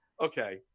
okay